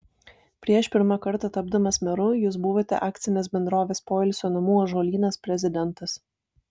prieš pirmą kartą tapdamas meru jūs buvote akcinės bendrovės poilsio namų ąžuolynas prezidentas